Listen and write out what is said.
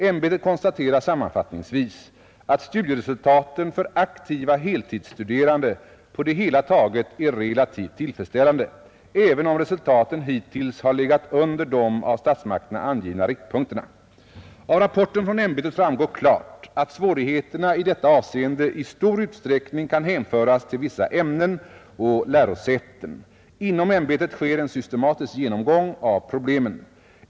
Ämbetet konstaterar sammanfattningsvis att studieresultaten för aktiva heltidsstuderande på det hela taget är relativt tillfredsställande, även om resultaten hittills har legat under de av statsmakterna angivna riktpunkterna. Av rapporten från ämbetet framgår klart att svårigheterna i detta avseende i stor utsträckning kan hänföras till vissa ämnen och lärosäten. Inom ämbetet sker en systematisk genomgång av problemen.